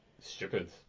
stupid